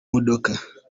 modoka